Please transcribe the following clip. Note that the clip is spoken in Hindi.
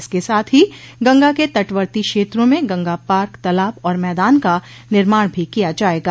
इसके साथ ही गंगा के तटवर्ती क्षेत्रों में गंगा पार्क तलाब और मैदान का निर्माण भी किया जायेगा